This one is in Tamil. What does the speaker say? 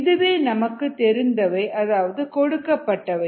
இதுவே நமக்கு தெரிந்தவை கொடுக்கப்பட்டவை